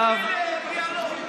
שמור על רצף.